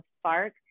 spark